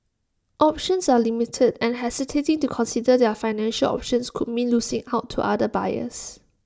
options are limited and hesitating to consider their financial options could mean losing out to other buyers